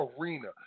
arena